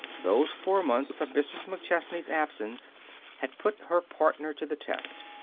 those four months of mrs. mcchesney's absence had put her partner to the test.